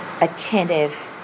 attentive